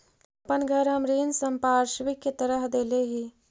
अपन घर हम ऋण संपार्श्विक के तरह देले ही